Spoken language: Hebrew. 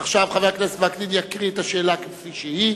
חבר הכנסת וקנין יקרא את השאלה כפי שהיא,